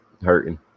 hurting